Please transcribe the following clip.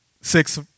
six